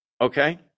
Okay